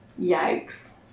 Yikes